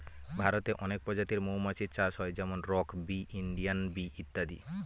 ভারতে অনেক প্রজাতির মৌমাছি চাষ হয় যেমন রক বি, ইন্ডিয়ান বি ইত্যাদি